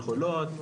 יכולות,